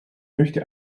möchte